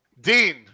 Dean